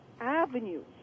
avenues